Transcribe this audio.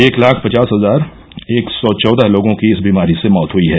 एक लाख पचास हजार एक सौ चौदह लोगों की इस बीमारी से मौत हुई है